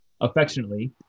affectionately